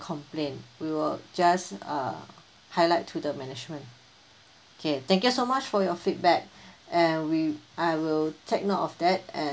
complaint we'll just uh highlight to the management okay thank you so much for your feedback and we I will take note of that and